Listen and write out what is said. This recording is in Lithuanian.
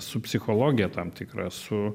su psichologija tam tikra su